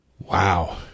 Wow